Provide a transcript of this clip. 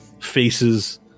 faces